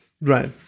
Right